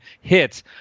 hits